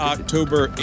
October